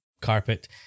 carpet